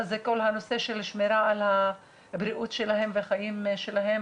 זה כל הנושא של השמירה על הבריאות שלהם והחיים שלהם